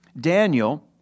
Daniel